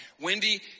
Wendy